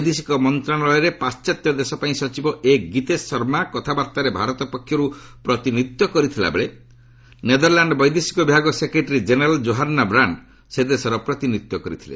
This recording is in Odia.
ବୈଦେଶିକ ମନ୍ତ୍ରଣାଳୟରେ ପାଣ୍ଟିତ ଦେଶ ପାଇଁ ସଚିବ ଏଗୀତେଶ ଶର୍ମା କଥାବାର୍ତ୍ତାରେ ଭାରତ ପକ୍ଷରୁ ପ୍ରତିନିଧିତ୍ୱ କରିଥିଲା ବେଳେ ନେଦରଲାଣ ବୈଦେଶିକ ବିଭାଗ ସେକ୍ରେଟେରୀ ଜେନେରାଲ୍ ଜୋହର୍ଷ୍ଣା ବ୍ରାଣ୍ଡ ସେ ଦେଶର ପ୍ରତିନିଧିତ୍ୱ କରିଥିଲେ